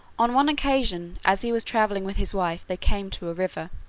on one occasion as he was travelling with his wife, they came to a river,